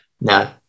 No